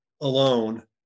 alone